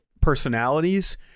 personalities